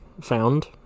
found